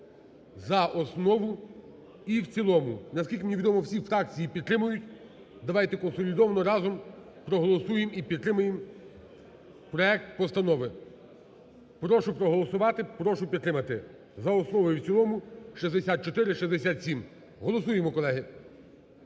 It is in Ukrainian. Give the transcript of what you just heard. за основу і в цілому. Наскільки мені відомо, всі фракції підтримують. Давайте консолідовано, разом проголосуємо і підтримаємо проект постанови. Прошу проголосувати, прошу підтримати, за основу і в цілому (6467). Голосуємо, колеги.